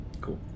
cool